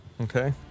Okay